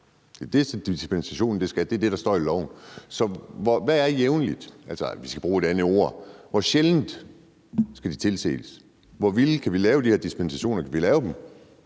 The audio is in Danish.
Det er det, dispensationen skal dispensere fra; det er det, der står i loven. Så hvad er jævnligt? Eller vi skal bruge et andet ord: Hvor sjældent skal de tilses? Hvor vilde kan vi lave de her dispensationer? Kan vi lave dem